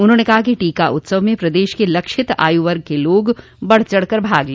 उन्होंने कहा कि टीका उत्सव में प्रदेश के लक्षित आयु वर्ग के लोग बढ़ चढ़ कर भाग ले